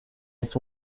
its